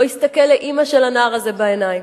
לא יסתכל לאמא של הנער הזה בעיניים,